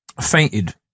fainted